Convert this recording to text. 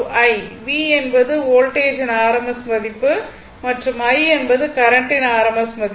V என்பது வோல்டேஜின் rms மதிப்பு மற்றும் I என்பது கரண்ட்டின் rms மதிப்பு